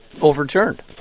overturned